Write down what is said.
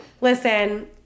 listen